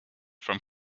from